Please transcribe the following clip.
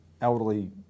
elderly